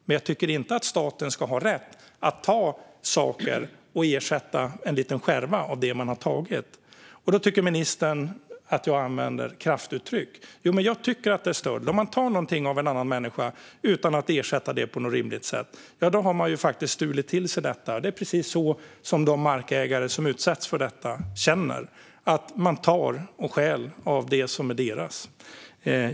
Men jag tycker inte att staten ska ha rätt att ta saker och ersätta en liten skärva av det man har tagit. Ministern tycker då att jag använder kraftuttryck. Jo, men jag tycker att detta är stöld. Om man tar något av en annan människa utan att ersätta det på ett rimligt sätt har man faktiskt stulit till sig det. Det är så de markägare som har utsatts för detta känner det. Staten tar - stjäl - av det som är deras.